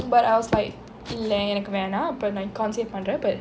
but I was like இல்லே எனக்கு வேணாம் நான்:ille enakku venaam naan ippa econs eh பண்ணுறேன்:pannuren but